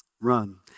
run